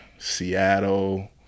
Seattle